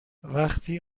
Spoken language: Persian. وقتی